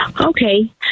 Okay